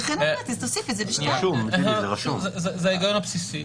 זה ההיגיון הבסיסי.